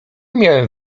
miałem